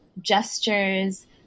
gestures